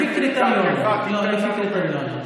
לפי קריטריונים, לפי קריטריונים.